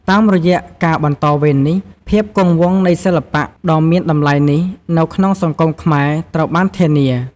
តាមរយៈការ បន្តវេន នេះ ភាពគង់វង្សនៃសិល្បៈដ៏មានតម្លៃនេះ នៅក្នុងសង្គមខ្មែរត្រូវបានធានា។